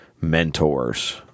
mentors